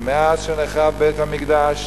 ומאז נחרב בית-המקדש